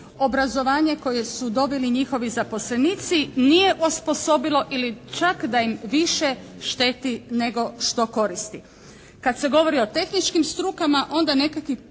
obrazovanje koje su dobili njihovi zaposlenici nije osposobilo ili čak da im više šteti nego što koristi. Kad se govori o tehničkim strukama onda nekakvih